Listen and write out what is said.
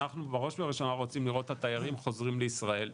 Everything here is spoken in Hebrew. אנחנו בראש ובראשונה רוצים לראות את התיירים שחוזרים לישראל.